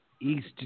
East